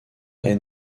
est